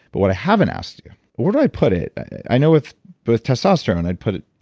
but what i haven't asked you, where do i put it? i know with both testosterone i'd put it,